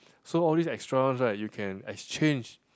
so all these extra ones right you can exchange